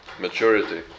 Maturity